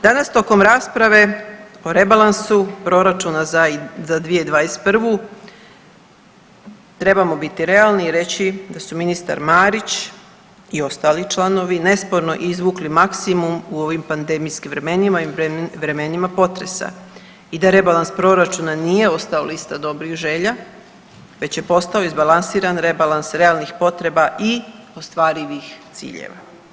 Danas tokom rasprave o rebalansu proračuna za 2021.trebamo biti realni i reći da su ministar Marić i ostali članovi, nesporno izvukli maksimum u ovim pandemijskim vremenima i vremenima potresa i da rebalans proračuna nije ostao lista dobrih želja, već je postao izbalansiran rebalans realnih potreba i ostvarivih ciljeva.